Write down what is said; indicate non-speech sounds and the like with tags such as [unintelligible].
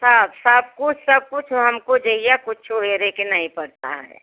सब सब कुछ सब कुछ वह हमको [unintelligible] के नहीं पड़ता है